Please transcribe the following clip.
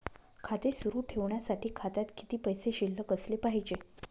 खाते सुरु ठेवण्यासाठी खात्यात किती पैसे शिल्लक असले पाहिजे?